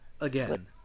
again